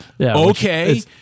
Okay